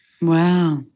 Wow